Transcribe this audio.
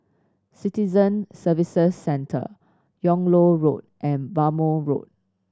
Citizen Services Centre Yung Loh Road and Bhamo Road